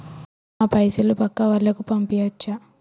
నా పైసలు పక్కా వాళ్ళకు పంపియాచ్చా?